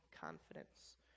confidence